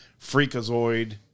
Freakazoid